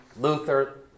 Luther